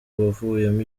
wavuyemo